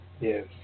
Yes